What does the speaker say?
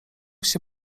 się